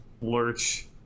lurch